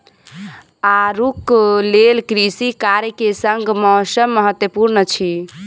आड़ूक लेल कृषि कार्य के संग मौसम महत्वपूर्ण अछि